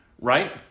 right